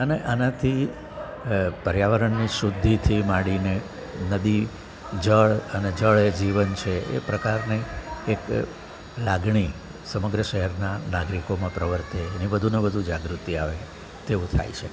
અને આનાથી પર્યાવરણની શુદ્ધિથી માંડીને નદી જળ અને જળ એ જીવન છે એ પ્રકારની એક લાગણી સમગ્ર શહેરના નાગરિકોમાં પ્રવર્તે અને વધુને વધુ જાગૃતિ આવે તેવું થાય છે